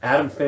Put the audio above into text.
Adam